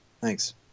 Thanks